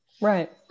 Right